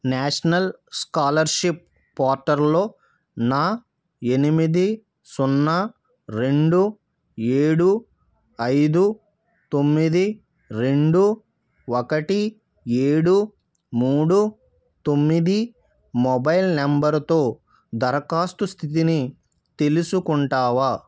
national scholarship పోర్టల్లో నా ఎనిమిది సున్నా రెండు ఏడు ఐదు తొమ్మిది రెండు ఒకటి ఏడు మూడు తొమ్మిది మొబైల్ నెంబరుతో దరఖాస్తు స్థితిని తెలుసుకుంటావా